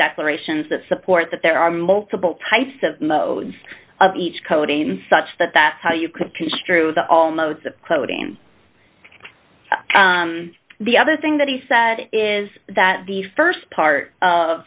declarations of support that there are multiple types of modes of each coding such that that's how you could construe the all modes of quoting the other thing that he said is that the st part of